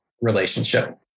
relationship